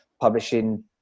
publishing